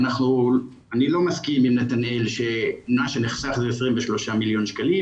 אני לא מסכים עם נתנאל שמה שנחסך הוא 23 מיליון שקלים,